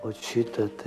ot šito tai